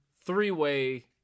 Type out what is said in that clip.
three-way